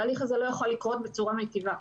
התהליך הזה לא יכול לקרות בצורה מיטיבה.